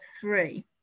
three